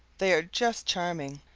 they are just charming,